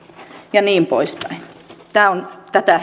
ja niin poispäin tämä on tätä